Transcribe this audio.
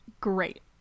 Great